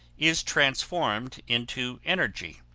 is transformed into energy.